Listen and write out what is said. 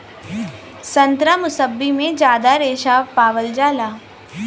संतरा मुसब्बी में जादा रेशा पावल जाला